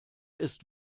ist